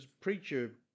preacher